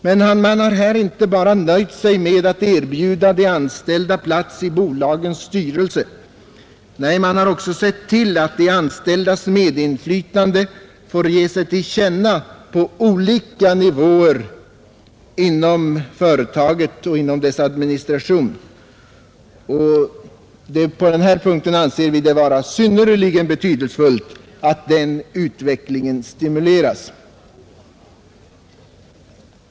Man har inte bara nöjt sig med att erbjuda de anställda plats i bolagens styrelser — nej, man har också sett till att de anställdas medinflytande får ge sig till känna på olika nivåer inom företagen och inom deras administration. Vi anser det vara synnerligen betydelsefullt att utvecklingen på denna punkt stimuleras.